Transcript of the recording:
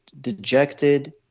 dejected